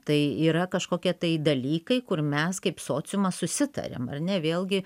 tai yra kažkokie tai dalykai kur mes kaip sociumas susitariam ar ne vėlgi